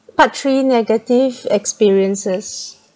part three negative experiences